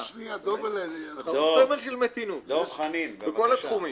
אנחנו סמל של מתינות בכל התחומים.